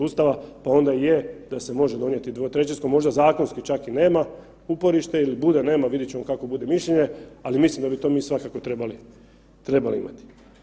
Ustava pa onda je da se može donijeti dvotrećinski, možda zakonski čak i nema uporište ili bude, nema, vidjet ćemo kako bude mišljenje, ali mislim da bi mi to svakako trebali imati.